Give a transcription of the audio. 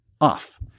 off